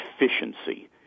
efficiency